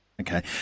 Okay